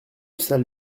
sale